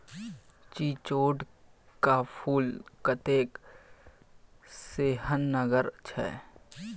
चिचोढ़ क फूल कतेक सेहनगर छै